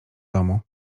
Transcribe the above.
domu